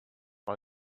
why